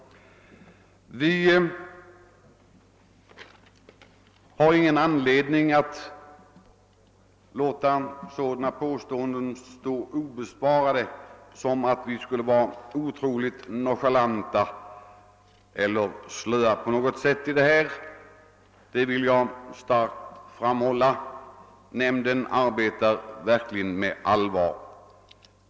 Vi har ingen anledning att låta påståenden alt vi skulle vara otroligt nonchalanta eller slöa. i detta sammanhang stå oemotsagda. Jag vill med kraft framhålla att nämnden verkligen arbetar med allvar.